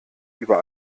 über